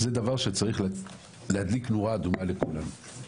זה דבר שצריך להדליק נורה אדומה לכולנו.